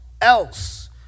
else